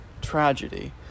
tragedy